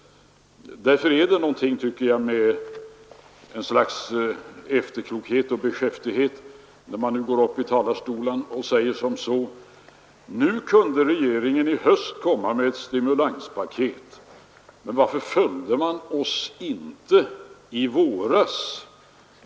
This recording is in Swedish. Därför tycker jag det vittnar om ett slags efterklokhet och beskäftighet när man nu går upp i talarstolen och säger: ”Nu i höst kunde regeringen komma med ett stimulanspaket, men varför följde man oss inte i våras?